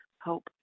hope